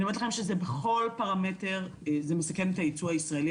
אני אומרת לכם שבכל פרמטר זה מסכן את הייצוא הישראלי,